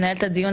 מנהל את הדיון.